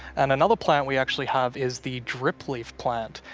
and another plant we actually have is the dripleaf plant.